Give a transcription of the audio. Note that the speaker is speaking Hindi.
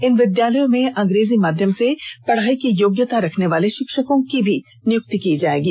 इन विद्यालयों में अंग्रेजी माध्यम से पढ़ाई की योग्यता रखनेवाले षिक्षकों की भी नियुक्ति की जायेगी